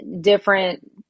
different